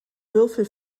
würfel